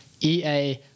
EA